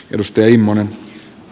jos teimonen